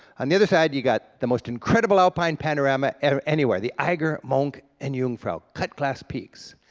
on the other side you got the most incredible alpine panorama anywhere, the eiger, monch and jung frau. cut class peaks.